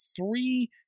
three